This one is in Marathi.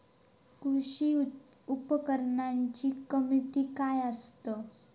कृषी उपकरणाची किमती काय आसत?